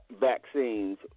vaccines